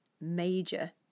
major